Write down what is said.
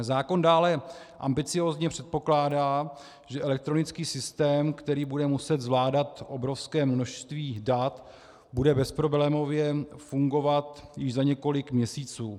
Zákon dále ambiciózně předpokládá, že elektronický systém, který bude muset zvládat obrovské množství dat, bude bezproblémově fungovat již za několik měsíců.